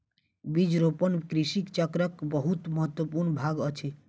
बीज रोपण कृषि चक्रक बहुत महत्वपूर्ण भाग अछि